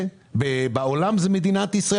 בעולם זה מדינת ישראל.